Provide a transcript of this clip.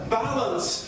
balance